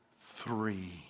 three